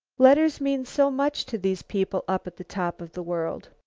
letters mean so much to these people up at the top of the world.